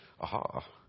Aha